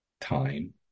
time